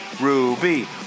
Ruby